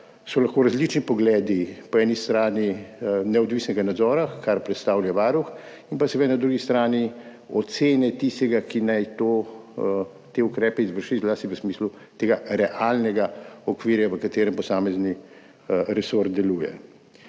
so lahko različni pogledi po eni strani neodvisnega nadzora, kar predstavlja Varuh, in pa seveda na drugi strani ocene tistega, ki naj te ukrepe izvrši, zlasti v smislu tega realnega okvirja, v katerem posamezni resor deluje.